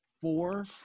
Four